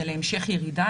הוא להמשך ירידה.